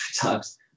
times